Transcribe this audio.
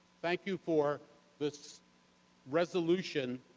thank you for this resolution,